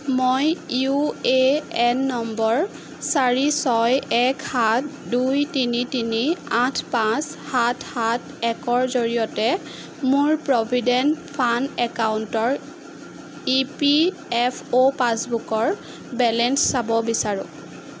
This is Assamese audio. মই ইউএএন নম্বৰ চাৰি ছয় এক সাত দুই তিনি তিনি আঠ পাঁচ সাত সাত একৰ জৰিয়তে মোৰ প্ৰভিডেণ্ট ফাণ্ড একাউণ্টৰ ইপিএফঅ' পাছবুকৰ বেলেঞ্চ চাব বিচাৰোঁ